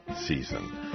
season